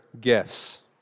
gifts